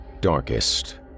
Darkest